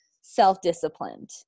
self-disciplined